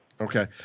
Okay